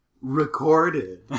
recorded